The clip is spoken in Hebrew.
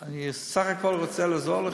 אני בסך הכול רוצה לעזור לכם.